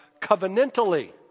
covenantally